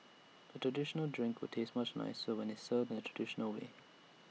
A traditional drink will taste much nicer when IT is served in the traditional way